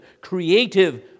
creative